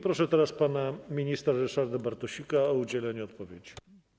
Proszę teraz pana ministra Ryszarda Bartosika o udzielenie odpowiedzi.